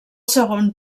segon